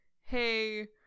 hey